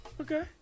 Okay